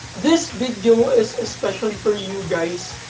this video is especially for you guys.